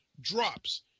drops